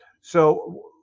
So-